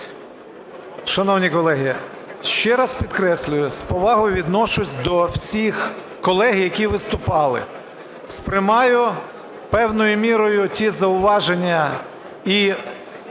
Шановні колеги, ще раз підкреслюю, з повагою відношуся до всіх колег які виступали. Сприймаю певною мірою ті зауваження і,